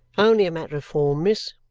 only a matter of form, miss,